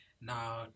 now